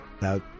Now